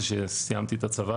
ככה זה נשמע מהצד,